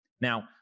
Now